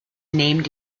named